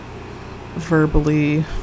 verbally